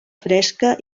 fresca